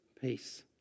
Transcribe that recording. peace